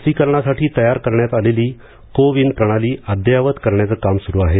लसीकरणासाठी तयार करण्यात आलेली को विन प्रणाली अद्ययावत करण्याचं काम सुरू आहे